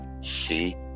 see